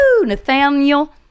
nathaniel